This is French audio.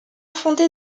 fondé